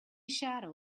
shadow